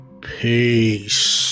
peace